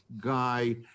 guy